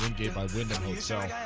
um gate by wyndham hotel